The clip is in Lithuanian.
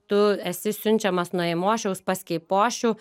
tu esi siunčiamas nuo eimošiaus pas keipošių